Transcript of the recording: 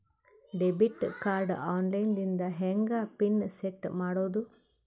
Debit card online ದಿಂದ ಹೆಂಗ್ pin set ಮಾಡೋದು?